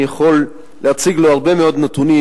אני יכול להציג לו הרבה מאוד נתונים,